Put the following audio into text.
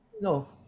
No